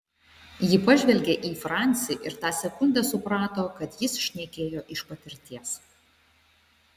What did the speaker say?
ji pažvelgė į francį ir tą sekundę suprato kad jis šnekėjo iš patirties